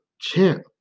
champ